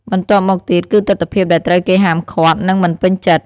បន្ទាប់មកទៀតគឺទិដ្ឋភាពដែលត្រូវគេហាមឃាត់ និងមិនពេញចិត្ត។